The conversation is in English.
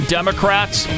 Democrats